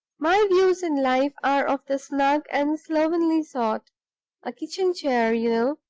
my views in life are of the snug and slovenly sort a kitchen chair, you